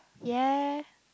yes